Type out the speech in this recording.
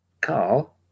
Carl